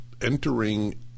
entering